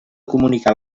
comunicar